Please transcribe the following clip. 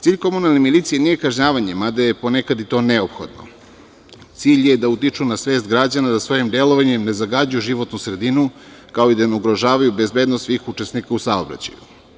Cilj komunalne milicije nije kažnjavanje, mada je ponekad i to neophodno, cilj je da utiču na svest građana da svojim delovanjem ne zagađuju životnu sredinu, kao i da ne ugrožavaju bezbednost svih učesnika u saobraćaju.